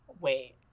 wait